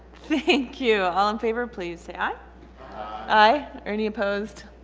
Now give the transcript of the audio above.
thank you all in favor please say aye aye are any opposed?